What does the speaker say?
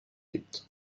gibt